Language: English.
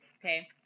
okay